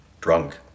Drunk